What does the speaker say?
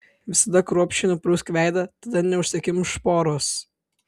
visada kruopščiai nuprausk veidą tada neužsikimš poros